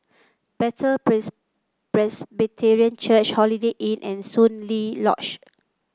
Bethel Pres Presbyterian Church Holiday Inn and Soon Lee Lodge